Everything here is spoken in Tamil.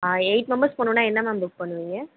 ஆ எயிட் மெம்பர்ஸ் போனும்னா என்ன மேம் புக் பண்ணுவீங்க